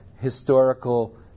historical